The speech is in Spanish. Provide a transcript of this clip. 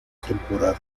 temporada